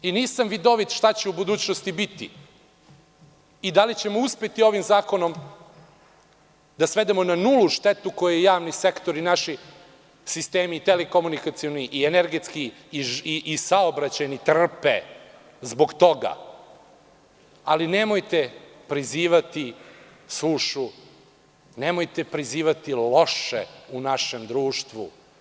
Nisam vidovit da predvidim šta će u budućnosti biti i da li ćemo uspeti ovim zakonom da svedemo na nulu štetu koju javni sektor i naši telekomunikacioni sistemi i energetski i saobraćajni trpe zbog toga, ali nemojte prizivati sušu, nemojte prizivati loše u našem društvu.